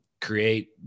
create